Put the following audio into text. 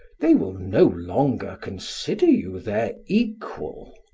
they will no longer consider you their equal.